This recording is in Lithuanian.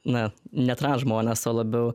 na ne transžmonės o labiau